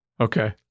Okay